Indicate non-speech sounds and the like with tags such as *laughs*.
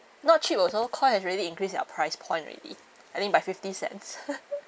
not cheap also Koi has really increase their price point already I think by fifty cents *laughs*